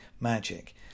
magic